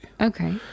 Okay